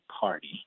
party